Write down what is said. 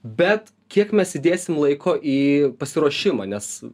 bet kiek mes įdėsim laiko į pasiruošimą nes